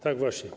Tak, właśnie.